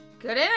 Good